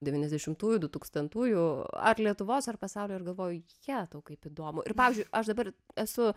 devyniasdešimtųjų dutūkstantųjų ar lietuvos ar pasaulio ir galvoju jetau kaip įdomu ir pavyzdžiui aš dabar esu